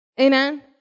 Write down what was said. Amen